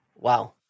Wow